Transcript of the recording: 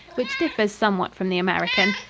which differs somewhat from the american.